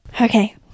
Okay